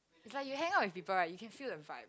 like you hangout with people right you can feel the vibe